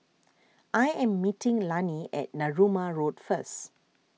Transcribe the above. I am meeting Lannie at Narooma Road first